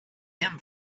him